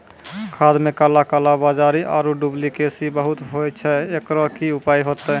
खाद मे काला कालाबाजारी आरु डुप्लीकेसी बहुत होय छैय, एकरो की उपाय होते?